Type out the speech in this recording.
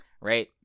right